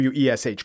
wesh